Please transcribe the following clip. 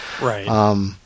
Right